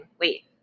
Wait